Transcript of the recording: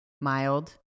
mild